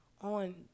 on